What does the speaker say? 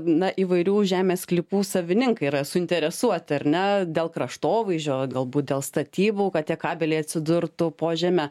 na įvairių žemės sklypų savininkai yra suinteresuoti ar ne dėl kraštovaizdžio galbūt dėl statybų kad tie kabeliai atsidurtų po žeme